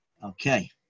Okay